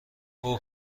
اوه